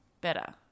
better